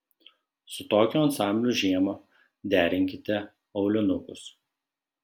su tokiu ansambliu žiemą derinkite aulinukus